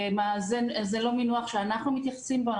זה לא מינוח שאנחנו משתמשים בו,